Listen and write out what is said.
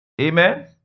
Amen